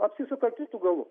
apsisuka kitu galu